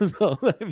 no